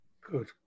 Good